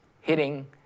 hitting